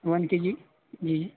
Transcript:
one کے جی جی